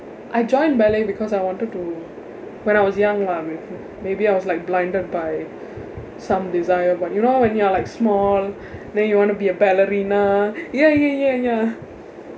I joined ballet because I wanted to when I was young lah maybe maybe I was like blinded by some desire but you know when you are like small then you want to be a ballerina ya ya ya ya